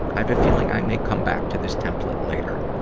i've a feeling i may come back to this template later.